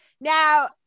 now